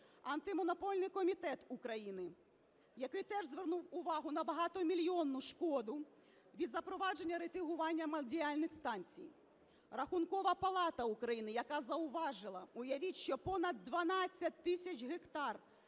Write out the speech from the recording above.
Антимонопольний комітет України, який теж звернув увагу на багатомільйонну шкоду від запровадження рейтингування малодіяльних станцій. Рахункова палата України, яка зауважила, уявіть, що на понад 12 тисяч гектарів